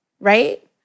right